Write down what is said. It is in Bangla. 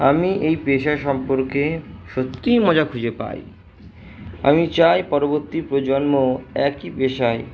আমি এই পেশা সম্পর্কে সত্যিই মজা খুঁজে পাই আমি চাই পরবর্তী প্রজন্ম একই পেশায়